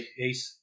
Ace